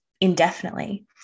indefinitely